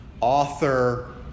Author